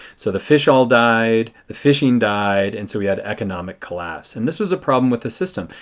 so the fish all died. the fishing died. and so we had economic collapse. and this was a problem with the system.